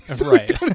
Right